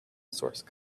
source